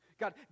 God